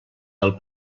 del